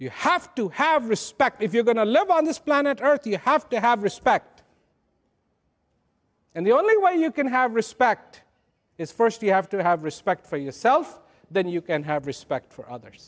you have to have respect if you are going to live on this planet earth you have to have respect and the only way you can have respect is first you have to have respect for yourself then you can have respect for others